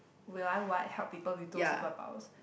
will I what help people with those superpowers